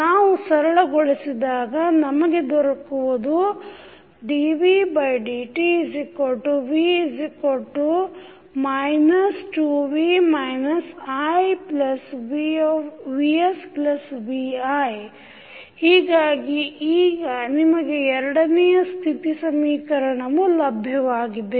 ನಾವು ಸರಳಗೊಳಿಸಿದಾಗ ನಮಗೆ ದೊರೆಯುವುದು dvdtv 2v ivsvi ಹೀಗಾಗಿ ಈಗ ನಿಮಗೆ ಎರಡನೆಯ ಸ್ಥಿತಿ ಸಮೀಕರಣವು ಲಭ್ಯವಾಗಿದೆ